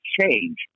change